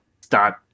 start